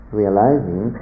realizing